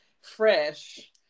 fresh